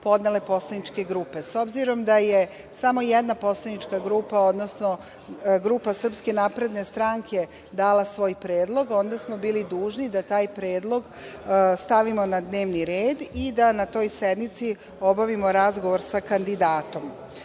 podnele poslaničke grupe. S obzirom da je samo jedna poslanička grupa, odnosno grupa SNS, dala svoj predlog, onda smo bili dužni da taj predlog stavimo na dnevni red i da na toj sednici obavimo razgovor sa kandidatom. Kandidat